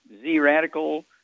Z-radical